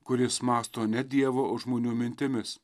kuris mąsto ne dievo o žmonių mintimis